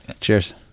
Cheers